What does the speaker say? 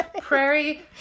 Prairie